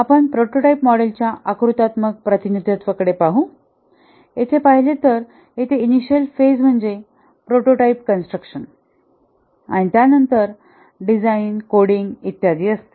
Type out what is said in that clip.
आपण प्रोटोटाइप मॉडेलच्या आकृत्यात्मक प्रतिनिधित्वाकडे पाहिले तर येथे इनिशिअल फेज म्हणजे प्रोटोटाइप कन्स्ट्रक्शन आणि त्या नंतर डिझाईन कोडिंग इत्यादी असते